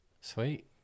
Sweet